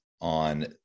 on